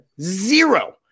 Zero